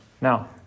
Now